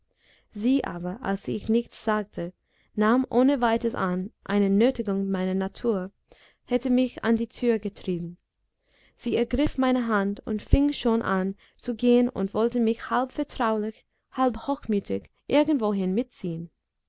sie aber als ich nichts sagte nahm ohne weiters an eine nötigung meiner natur hätte mich an die tür getrieben sie ergriff meine hand und fing schon an zu gehen und wollte mich halb vertraulich halb hochmütig irgendwohin mitziehen